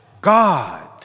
God